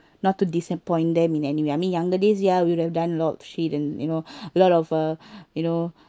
not to disappoint them in any way I mean younger days ya I would have done a lot of shit and you know a lot of uh you know